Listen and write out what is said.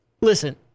Listen